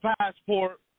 passport